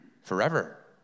Forever